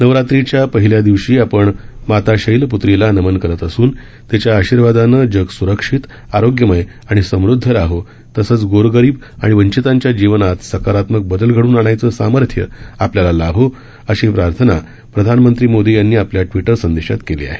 नवरात्रीच्या पहिल्या दिवशी आपण माता शैलप्त्रीला नमन करत असून तिच्या आशिर्वादानं जग स्रक्षित आरोग्यमय आणि समृद्ध राहो तसंच गोरगरीब आणि वंचितांच्या जीवनात सकारात्मक बदल घडवून आणायचं सामर्थ्य आपल्याला लाभो अशी प्रार्थना प्रधानमंत्री मोदी यांनी आपल्या ट्वीटर संदेशामधून केली आहे